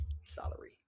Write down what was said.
salary